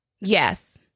Yes